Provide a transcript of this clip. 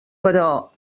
però